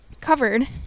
covered